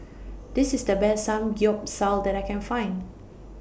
This IS The Best Samgyeopsal that I Can Find